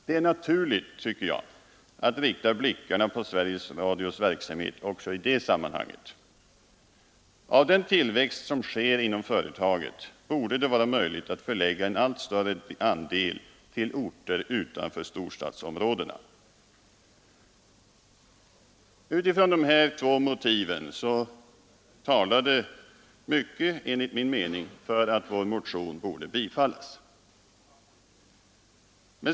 Det är naturligt, tycker jag, att rikta blickarna på Sveriges Radios verksamhet också i det sammanhanget. Av den tillväxt som sker inom företaget borde det vara möjligt att förlägga en allt större andel till orter utanför storstadsområdena. Utifrån de här två motiven talade mycket, enligt min mening, för att vår motion borde bifallas.